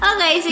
Okay